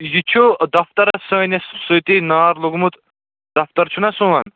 یہِ چھُ دَفترَس سٲنِس سۭتی نار لوٚگمُت دَفتر چھُ نا سوٚن